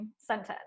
sentence